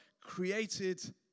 created